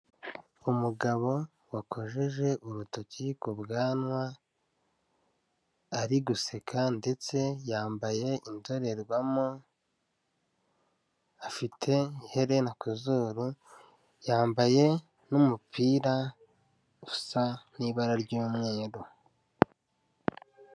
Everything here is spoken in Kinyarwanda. Umugabo wakojeje urutoki ku bwanwa ari guseka ndetse yambaye indorerwamo, afite iherena ku zuru. Yambaye n'umupira usa n'ibara ry'umweru.